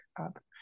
up